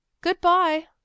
Goodbye